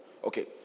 okay